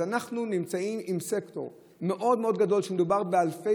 אז אנחנו נמצאים עם סקטור מאוד מאוד גדול: מדובר באלפי